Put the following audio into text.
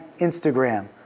Instagram